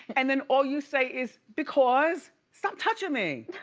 and then all you say is, because, stop touching me!